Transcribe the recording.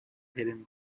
hidden